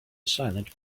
silent